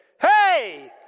hey